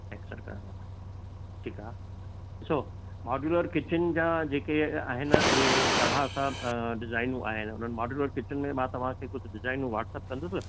texture करिणो आहे ठीकु आहे ॾिसो मॉड्यूलर किचन जा जेके आ आहिनि उहे ॾाढा सां डिजाइनियूं आहिनि उन्हनि मॉड्यूलर किचन में मां तव्हांखे कुझु डिजाइनियूं व्हाटसप कंदुसि